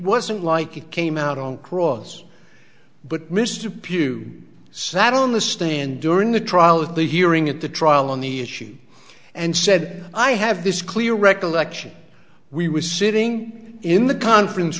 wasn't like it came out on cross but mr pugh sat on the stand during the trial of the hearing at the trial on the issue and said i have this clear recollection we were sitting in the conference